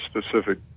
specific